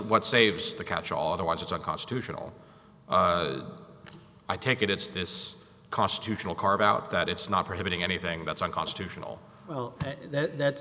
what saves the catchall otherwise it's unconstitutional i take it it's this cost to channel carve out that it's not prohibiting anything that's unconstitutional that